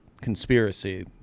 conspiracy